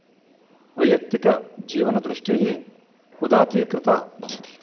वैयक्तिकजीवनदृष्टिः उदात्तीकृता भवति